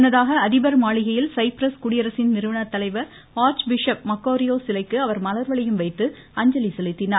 முன்னதாக அதிபர் மாளிகையில் சைப்ரஸ் குடியரசின் நிறுவனர் தலைவர் ஆர்ச் பிஷப் மக்காரியோஸ் சிலைக்கு அவர் மலர்வளையம் வைத்து அஞ்சலி செலுத்தினார்